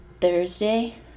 Thursday